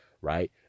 right